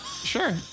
Sure